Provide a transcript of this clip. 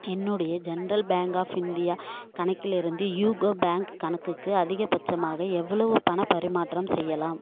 என்னுடைய central bank of India கணக்கிலிருந்து UCO bank கணக்குக்கு அதிகபட்சமாக எவ்வளவு பண பரிமாற்றம் செய்யலாம்